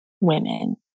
women